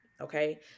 Okay